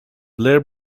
blair